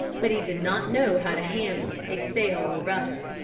but he did not know how to handle a sail or rudder.